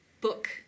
book